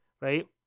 right